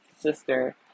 sister